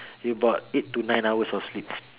about eight to nine hours of sleep